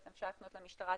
אפשר לפנות למשטרה,